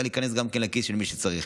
שלא לדבר על מענקים שעדיין לא הגיעו,